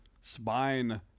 spine